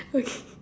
okay